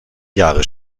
jahre